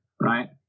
Right